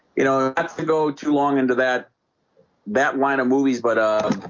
you know have to go too long into that that wine of movies, but ah,